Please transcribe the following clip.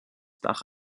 dach